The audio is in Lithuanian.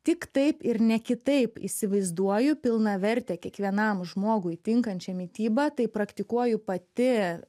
tik taip ir ne kitaip įsivaizduoju pilnavertę kiekvienam žmogui tinkančią mitybą tai praktikuoju pati